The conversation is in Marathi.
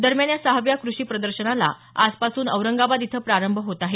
दरम्यान या सहाव्या कृषी प्रदर्शनाला आजपासून औरंगाबाद इथं प्रारंभ होत आहे